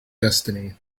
destiny